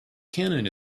cannon